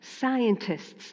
scientists